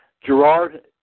Gerard